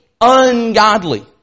ungodly